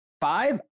five